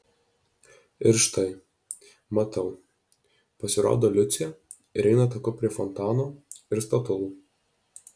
ir štai matau pasirodo liucė ir eina taku prie fontano ir statulų